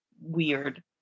weird